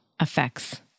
effects